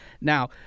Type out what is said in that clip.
Now